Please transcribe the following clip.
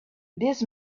this